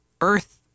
Earth